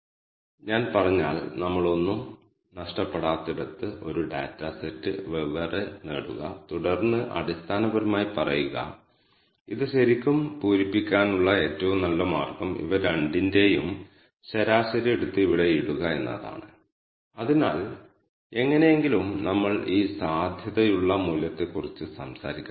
വിവിധ മോഡലുകളുടെ ഫലങ്ങളുടെ സമ്മറികളും സംഖ്യാ R ഒബ്ജക്റ്റുകളുടെ ഫൈവ് പോയിന്റ് സമ്മറികളും നിർമ്മിക്കാൻ ഉപയോഗിക്കുന്ന ഒരു പൊതു ഫംഗ്ഷനാണ് സമ്മറി ഫങ്ക്ഷൻ